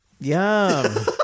Yum